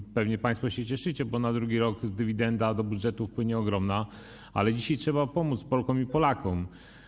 I pewnie państwo się cieszycie, bo na drugi rok dywidenda do budżetu wpłynie ogromna, ale dzisiaj trzeba pomóc Polkom i Polakom.